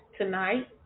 tonight